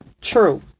True